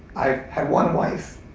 i've had one wife,